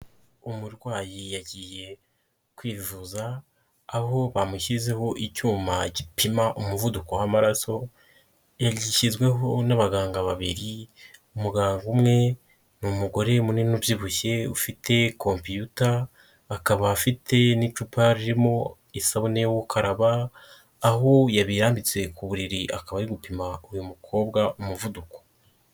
Umurwayi yagiye kwivuza aho bamushyizeho icyuma gipima umuvuduko w'maraso, yagishyizweho n'abaganga babiri, umuganga umwe ni umugore munini ubyibushye, ufite kompiyuta, akaba afite n'icupa ririmo isabune yo gukaraba, aho yabirambitse ku buriri akaba ari gupima uyu mukobwa umuvuduko.